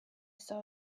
saw